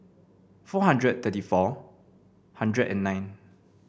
four hundred thirty four hundred and nine